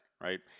right